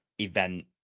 event